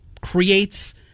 creates